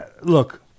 look